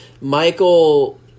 michael